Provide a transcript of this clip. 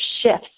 shifts